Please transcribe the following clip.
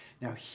now